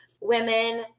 women